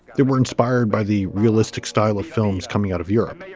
they were inspired by the realistic style of films coming out of europe,